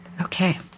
Okay